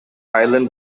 island